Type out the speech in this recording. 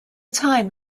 time